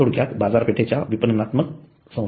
थोडक्यात बाजारपेठेचे विपणनात्मक संशोधन